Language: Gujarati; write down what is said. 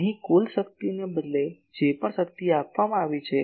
અહીં કુલ શક્તિને બદલે જે પણ શક્તિ આપવામાં આવી છે